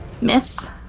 Miss